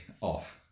off